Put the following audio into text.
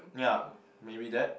yeah maybe that